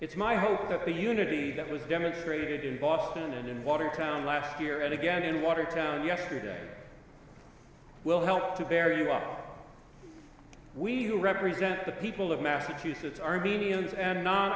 it's my hope that the unity that was demonstrated in boston and in watertown last year and again in watertown yesterday will help to very well we who represent the people of massachusetts armenians and